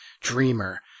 dreamer